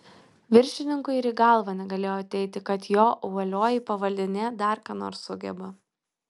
viršininkui ir į galvą negalėjo ateiti kad jo uolioji pavaldinė dar ką nors sugeba